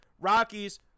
Rockies